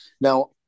Now